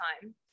time